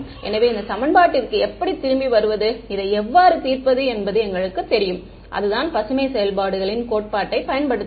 எனவே இந்த சமன்பாட்டிற்கு எப்படி திரும்பி வருவது இதை எவ்வாறு தீர்ப்பது என்பது எங்களுக்குத் தெரியும் அதுதான் பசுமை செயல்பாடுகளின் Green's functions கோட்பாட்டைப் பயன்படுத்துதல்